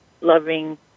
loving